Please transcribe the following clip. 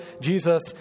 Jesus